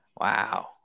Wow